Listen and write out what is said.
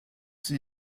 sie